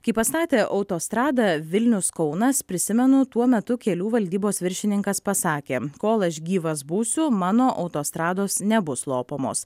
kai pastatė autostradą vilnius kaunas prisimenu tuo metu kelių valdybos viršininkas pasakė kol aš gyvas būsiu mano autostrados nebus lopomos